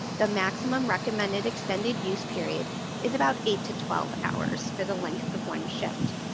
the maximum recommended extended use period is about eight to twelve hours or the length of one shift.